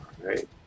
Right